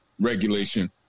regulation